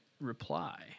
reply